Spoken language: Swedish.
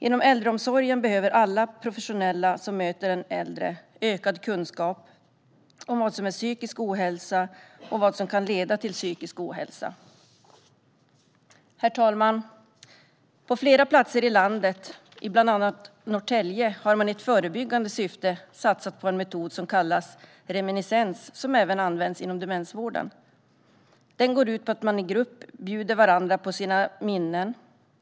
Inom äldreomsorgen behöver alla professionella som möter äldre få ökad kunskap om vad som är psykisk ohälsa och vad som kan leda till psykisk ohälsa. Herr talman! På flera platser i landet, bland annat i Norrtälje, har man i förebyggande syfte satsat på en metod som kallas reminiscens och som även används inom demensvården. Den går ut på att man i grupp bjuder varandra på sina minnen.